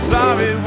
sorry